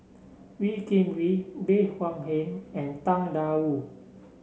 Wee Kim Wee Bey Hua Heng and Tang Da Wu